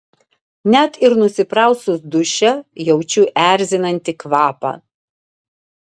net ir nusiprausus duše jaučiu erzinantį kvapą